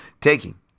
Taking